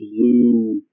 blue